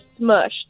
smushed